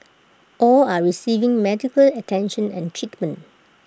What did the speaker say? all are receiving medical attention and treatment